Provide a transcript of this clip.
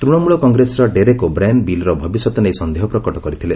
ତୃଣମୂଳ କଂଗ୍ରେସର Derek O'Brien ବିଲ୍ର ଭବିଷ୍ୟତ ନେଇ ସନ୍ଦେହ ପ୍ରକଟ କରିଥିଲେ